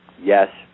Yes